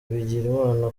bigirimana